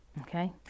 Okay